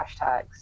hashtags